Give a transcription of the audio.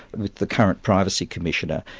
with the current privacy commissioner,